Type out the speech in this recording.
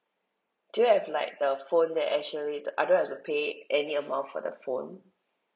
do you have like a phone that actually I don't have to pay any amount for the phone